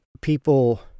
people